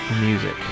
Music